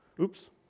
Oops